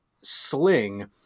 sling